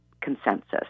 consensus